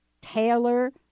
Taylor